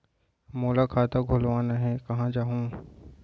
मोला खाता खोलवाना हे, कहाँ जाहूँ?